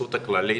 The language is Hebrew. ההתייחסות הכללית